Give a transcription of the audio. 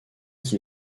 qui